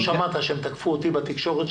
לא שמעת שהם תקפו אותי בתקשורת,